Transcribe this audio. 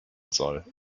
soll